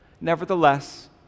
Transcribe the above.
Nevertheless